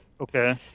Okay